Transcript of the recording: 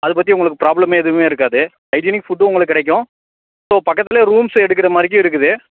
அதுப் பற்றி உங்களுக்கு ப்ராப்ளமே எதுவுமே இருக்காது ஹைஜீனிக் ஃபுட்டும் உங்களுக்கு கிடைக்கும் ஸோ பக்கத்திலே ரூம்ஸ் எடுக்கிற மாதிரிக்கும் இருக்குது